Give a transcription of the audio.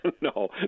No